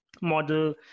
model